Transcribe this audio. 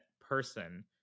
person